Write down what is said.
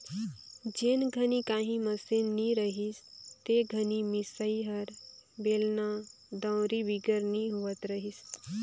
जेन घनी काही मसीन नी रहिस ते घनी मिसई हर बेलना, दउंरी बिगर नी होवत रहिस